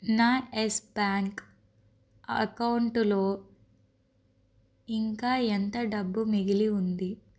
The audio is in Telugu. నా ఎస్ బ్యాంక్ అకౌంటులో ఇంకా ఎంత డబ్బు మిగిలి ఉంది